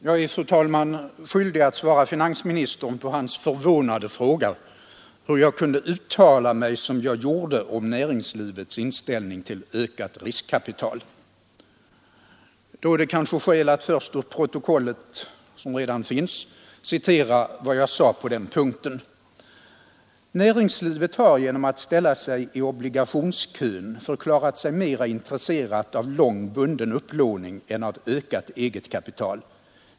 Fru talman! Jag känner mig skyldig att svara finansministern på hans 111 förvånade fråga om hur jag kunde uttala mig som jag gjorde om näringslivets inställning till ökat riskkapital. Det finns då kanske först skäl att ur det protokoll som redan föreligger citera vad jag sade på den punkten. ”Näringslivet har genom att ställa sig i obligationskön förklarat sig mera intresserat av lång bunden upplåning än av ökat eget kapital.